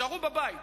תישארו בבית.